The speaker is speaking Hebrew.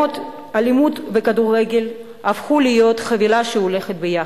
אלימות וכדורגל הפכו להיות חבילה שהולכת ביחד.